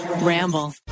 Ramble